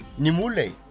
Nimule